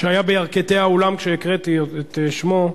שהיה בירכתי האולם כשהקראתי את שמו,